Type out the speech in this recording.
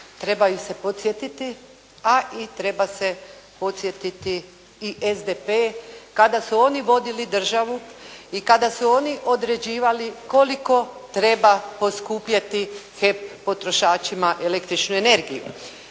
trebaju se podsjetiti a i treba se podsjetiti i SDP kada su oni vodili državu i kada su oni određivali koliko treba poskupjeti HEP potrošačima električnu energiju.